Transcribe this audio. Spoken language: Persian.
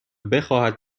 بخواهد